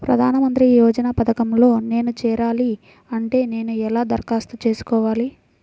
ప్రధాన మంత్రి యోజన పథకంలో నేను చేరాలి అంటే నేను ఎలా దరఖాస్తు చేసుకోవాలి?